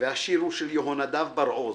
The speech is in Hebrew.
שיר של יהונדב בר עוז,